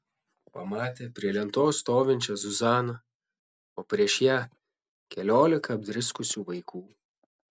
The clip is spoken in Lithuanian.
pamatė prie lentos stovinčią zuzaną o prieš ją keliolika apdriskusių vaikų